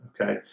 Okay